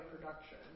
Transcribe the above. production